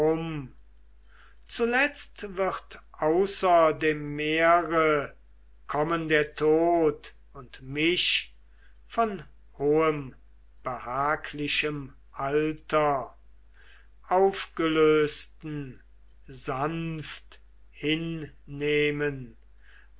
zuletzt wird außer dem meere kommen der tod und mich von hohem behaglichem alter aufgelöseten sanft hinnehmen